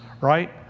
right